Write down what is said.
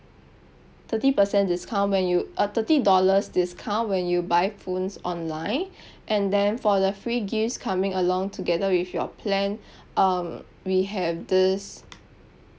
thirty percent discount when you uh thirty dollars discount when you buy phones online and then for the free gifts coming along together with your plan um we have this